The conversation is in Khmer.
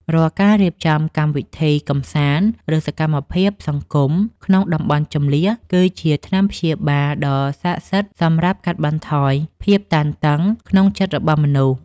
រាល់ការរៀបចំកម្មវិធីកម្សាន្ត ឬសកម្មភាពសង្គមក្នុងតំបន់ជម្លៀស គឺជាថ្នាំព្យាបាលដ៏ស័ក្តិសិទ្ធិសម្រាប់កាត់បន្ថយភាពតានតឹងក្នុងចិត្តរបស់មនុស្ស។